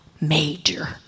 major